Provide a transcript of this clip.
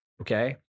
Okay